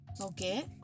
Okay